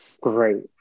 Great